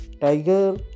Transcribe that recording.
Tiger